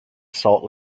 salt